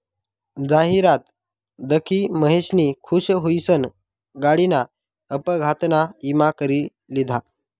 जाहिरात दखी महेशनी खुश हुईसन गाडीना अपघातना ईमा करी लिधा